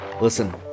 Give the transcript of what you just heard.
Listen